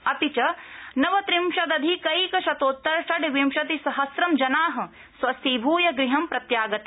अपि च नवत्रिंशदधिकैकशतोत्तर षड्विंशतिसहस्रं जना स्वस्थीभूय गृहं प्रत्यागता